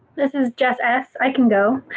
this is jess s, i can go.